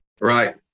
Right